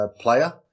player